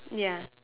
ya